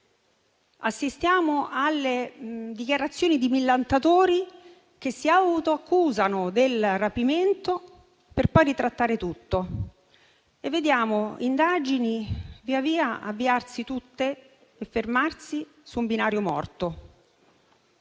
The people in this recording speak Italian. assistiamo alle dichiarazioni di millantatori che si ha autoaccusano del rapimento per poi ritrattare tutto; vediamo indagini via via avviarsi e fermarsi tutte su un binario morto.